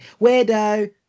weirdo